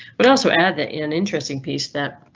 but also add that in an interesting piece that.